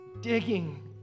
digging